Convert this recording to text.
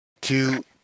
two